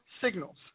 signals